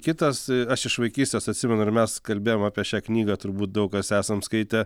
kitas aš iš vaikystės atsimenu ir mes kalbėjom apie šią knygą turbūt daug kas esam skaitę